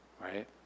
right